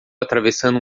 atravessando